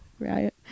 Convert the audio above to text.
right